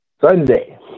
Sunday